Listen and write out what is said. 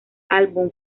álbum